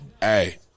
Hey